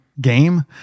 game